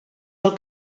del